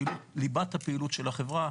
ליבת הפעילות של החברה,